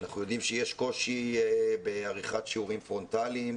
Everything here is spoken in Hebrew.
אנחנו יודעים שיש קושי בעריכת שיעורים פרונטליים,